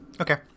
Okay